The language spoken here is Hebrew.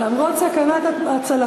למרות סכנת הצלפים.